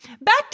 Back